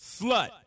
slut